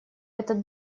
этот